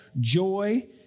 joy